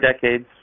decades